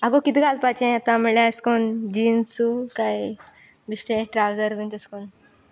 आगो किदें घालपाचें येता म्हल्यार अशे करून जिन्सू काय बेश्टें ट्रावजर बीन तशे करून